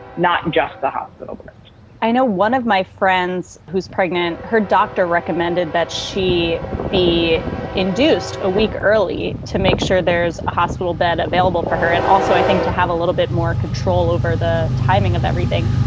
not just the hospital but i know one of my friends who's pregnant, her doctor recommended that she be induced a week early to make sure there's a hospital bed available for her. and also, i think to have a little bit more control over the timing of everything.